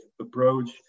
approach